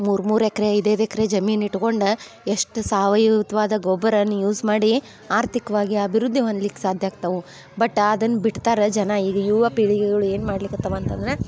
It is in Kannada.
ಮೂರು ಮೂರು ಎಕ್ರೆ ಐದೈದ್ದು ಎಕ್ರೆ ಜಮೀನು ಇಟ್ಕೊಂಡ ಎಷ್ಟು ಸಾವಯುತ್ವಾದ ಗೊಬ್ರನ ಯೂಸ್ ಮಾಡಿ ಆರ್ತೀಕ್ವಾಗಿ ಅಭಿವೃದ್ಧಿ ಹೊಂದ್ಲಿಕ್ಕೆ ಸಾಧ್ಯ ಆಗ್ತವು ಬಟ್ ಅದನ್ನ ಬಿಡ್ತಾರ ಜನ ಈಗ ಯುವ ಪೀಳಿಗೆಗಳು ಏನು ಮಾಡ್ಲಿಕತ್ತಾವ ಅಂತಂದ್ರೆ